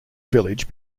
village